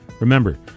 Remember